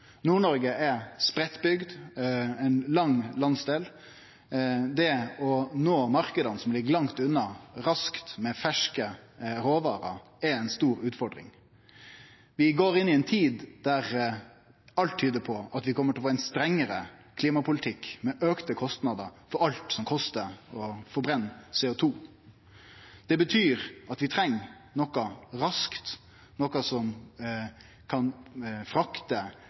er spreiddbygd og er ein lang landsdel. Det å nå marknadene som ligg langt unna, raskt med ferske råvarer er ei stor utfordring. Vi går inn i ei tid der alt tyder på at vi kjem til å få ein strengare klimapolitikk, med auka kostnader for alt som kostar å forbrenne CO2. Det betyr at vi treng noko raskt, noko som kan frakte